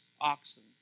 oxen